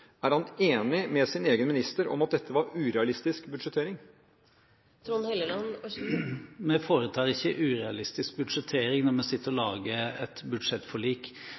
er han enig med sin egen statsråd om at dette var urealistisk budsjettering? Vi foretar ikke urealistisk budsjettering når vi sitter og lager et budsjettforlik.